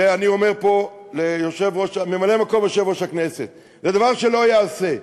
ואני אומר פה לממלא-מקום יושב-ראש הכנסת: זה דבר שלא ייעשה.